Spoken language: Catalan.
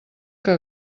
que